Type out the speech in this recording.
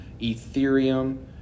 Ethereum